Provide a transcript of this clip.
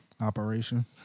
Operation